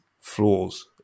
flaws